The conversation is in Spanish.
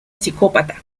psicópata